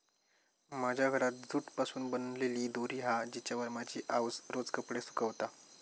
माझ्या घरात जूट पासून बनलेली दोरी हा जिच्यावर माझी आउस रोज कपडे सुकवता